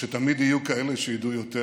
ושתמיד יהיו כאלה שידעו יותר